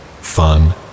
fun